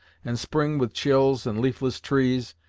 and spring with chills and leafless trees,